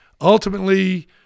ultimately